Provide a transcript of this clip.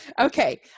okay